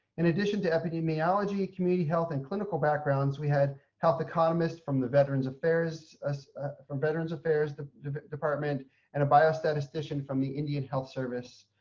in addition to epidemiology, community health and clinical backgrounds, we had health economist from the veterans affairs. ah from veterans affairs department and a biostatistician from the indian health service.